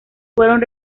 fueron